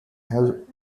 have